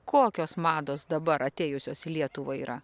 kokios mados dabar atėjusios į lietuvą yra